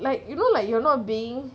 like you know like you're not being